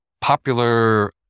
popular